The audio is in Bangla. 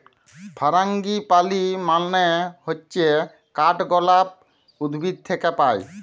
ফারাঙ্গিপালি মানে হচ্যে কাঠগলাপ উদ্ভিদ থাক্যে পায়